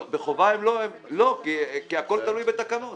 לא, כי הכול תלוי בתקנות.